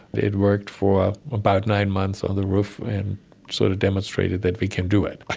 it worked for about nine months on the roof and sort of demonstrated that we can do it.